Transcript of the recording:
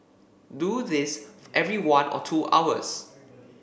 do this every one or two hours